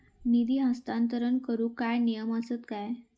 निधी हस्तांतरण करूक काय नियम असतत काय?